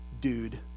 dude